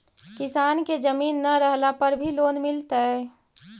किसान के जमीन न रहला पर भी लोन मिलतइ?